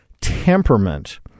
temperament